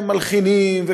מלחינים,